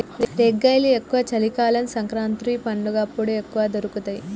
రేగ్గాయలు ఎక్కువ చలి కాలం సంకురాత్రి పండగప్పుడు ఎక్కువ దొరుకుతాయి